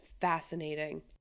fascinating